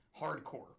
hardcore